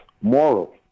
moral